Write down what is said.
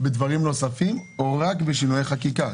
בדברים נוספים או רק בשינויי חקיקה,